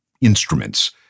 instruments